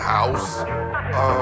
house